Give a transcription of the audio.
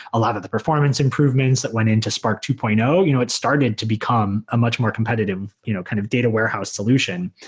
a lot of the performance improvements that went into spark two point zero, you know it started to become a much more competitive you know kind of data warehouse solution.